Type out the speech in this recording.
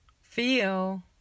feel